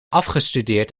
afgestudeerd